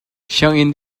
sianginn